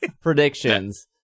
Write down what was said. predictions